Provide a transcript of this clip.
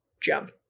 jump